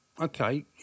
okay